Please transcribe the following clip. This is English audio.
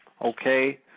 Okay